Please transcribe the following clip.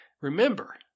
remember